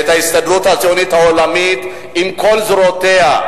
את ההסתדרות הציונית העולמית על כל זרועותיה,